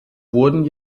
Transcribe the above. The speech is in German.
wurden